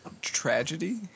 tragedy